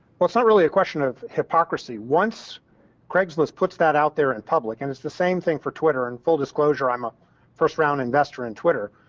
not really a question of hypocrisy. once craigslist puts that out there in public and it's the same thing for twitter. in full disclosure, i'm a first-round investor in twitter.